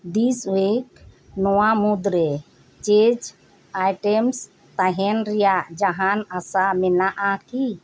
ᱫᱤᱥ ᱳᱭᱮᱠ ᱱᱚᱣᱟ ᱢᱩᱦᱩᱫ ᱨᱮ ᱪᱮᱡ ᱟᱭᱴᱮᱢᱥ ᱛᱟᱦᱮᱱ ᱨᱮᱭᱟᱜ ᱡᱟᱦᱟᱱ ᱟᱥᱟ ᱢᱮᱱᱟᱜ ᱟᱠᱤ